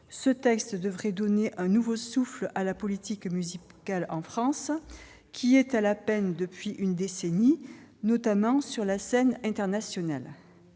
elle devrait donner un nouveau souffle à la politique musicale en France, qui est à la peine depuis une décennie, notamment sur la scène internationale.